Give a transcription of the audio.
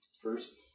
First